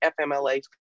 FMLA